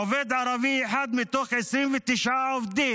עובד ערבי אחד מתוך 29 עובדים,